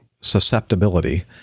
susceptibility